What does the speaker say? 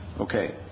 Okay